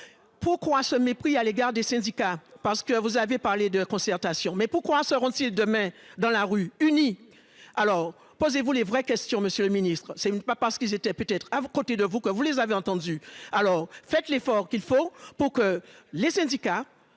Pourquoi ce mépris à l'égard des syndicats ? Vous avez parlé de concertation. Mais pourquoi seront-ils demain dans la rue, unis ? Posez-vous les vraies questions ! Ce n'est pas parce qu'ils étaient à côté de vous que vous les avez entendus. Alors, faites l'effort nécessaire pour que les syndicats